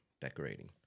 decorating